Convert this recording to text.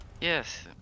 Yes